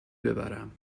ببرم